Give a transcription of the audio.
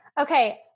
Okay